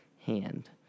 hand